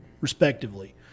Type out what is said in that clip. respectively